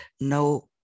no